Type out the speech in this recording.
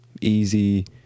Easy